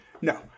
No